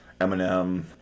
Eminem